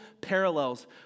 parallels